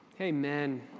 Amen